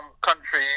Country